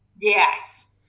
Yes